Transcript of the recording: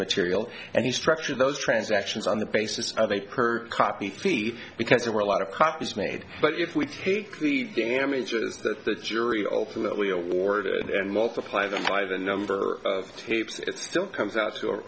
material and he structured those transactions on the basis of a per copy thief because there were a lot of copies made but if we take the damages that the jury ultimately awarded and multiply them by the number of tapes it still comes out to